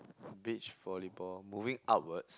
beach volleyball moving upwards